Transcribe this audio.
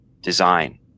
design